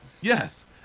Yes